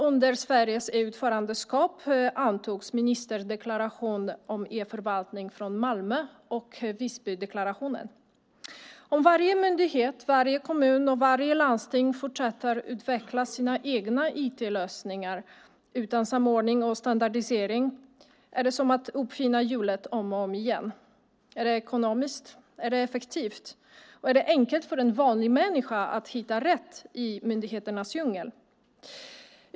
Under Sveriges EU-ordförandeskap antogs en ministerdeklaration om e-förvaltning från Malmö och Visbydeklarationen. Om varje myndighet, varje kommun och varje landsting fortsätter att utveckla sina egna IT-lösningar, utan samordning och standardisering, är det som att uppfinna hjulet om och om igen. Är det ekonomiskt? Är det effektivt? Är det enkelt för en vanlig människa att hitta rätt i myndigheternas djungel?